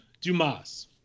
Dumas